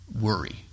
worry